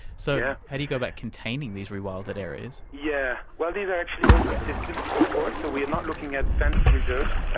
so how do you go about containing these rewilded areas? yeah yes, these are actually open systems of course, so we are not looking at fenced reserves,